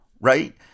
right